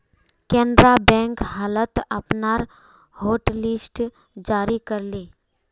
Canara bank हाल त अपनार हॉटलिस्ट जारी कर ले